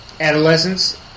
adolescence